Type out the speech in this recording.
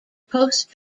post